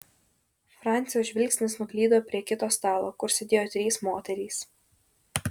francio žvilgsnis nuklydo prie kito stalo kur sėdėjo trys moterys